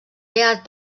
beat